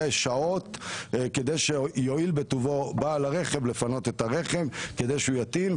שעות כדי שיואיל בטובו בעל הרכב לפנות את הרכב כדי שהוא יטעין,